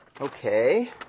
okay